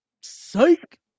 psych